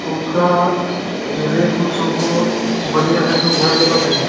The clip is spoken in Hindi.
तो उसका रेट ओट हमको बनिया से समझा कर बताइए